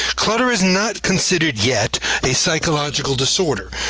clutter is not considered yet a psychological disorder.